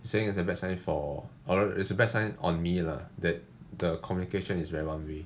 saying it's a bad sign for or rather it's a bad sign on me lah that the communication is very one way